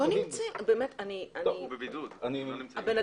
הבן אדם בבידוד.